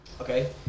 okay